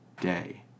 day